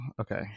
Okay